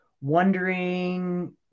wondering